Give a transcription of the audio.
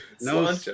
no